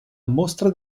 mostra